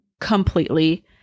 completely